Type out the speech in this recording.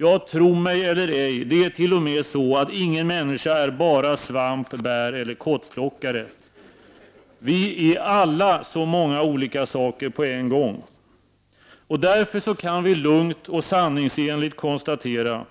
Ja, tro mig eller ej, det är t.o.m. så att ingen människa är bara svamp-, bäreller kottplockare. Vi är alla så många olika saker på en gång. Därför kan vi lugnt och sanningsenligt konstatera: